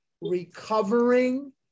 recovering